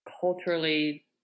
culturally